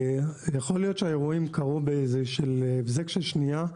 יכול להיות שהאירועים קרו בהבזק של שנייה.